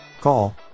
Call